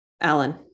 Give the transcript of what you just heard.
alan